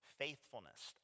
faithfulness